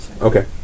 Okay